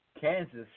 Kansas